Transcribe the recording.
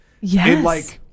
yes